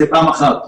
זה פעם אחת.